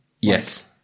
Yes